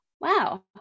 wow